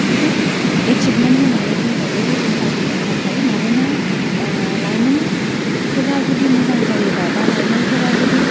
गिदित एसिफमेन्ट होन्नानै बुंजायो रुलिं पार्टिनि थाखाय मानोना लायमोनफोरा जुदि मोजां जायोब्ला बा लायमोनफोरा जुदि